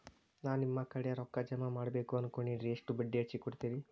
ನಾ ನಿಮ್ಮ ಕಡೆ ರೊಕ್ಕ ಜಮಾ ಮಾಡಬೇಕು ಅನ್ಕೊಂಡೆನ್ರಿ, ಎಷ್ಟು ಬಡ್ಡಿ ಹಚ್ಚಿಕೊಡುತ್ತೇರಿ?